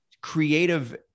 creative